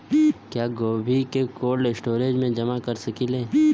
क्या गोभी को कोल्ड स्टोरेज में जमा कर सकिले?